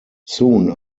soon